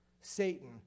Satan